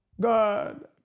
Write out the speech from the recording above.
God